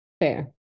Fair